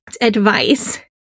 advice